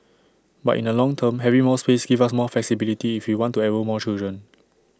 but in the long term having more space gives us more flexibility if you want to enrol more children